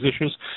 issues